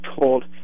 told